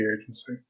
Agency